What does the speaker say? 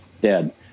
dead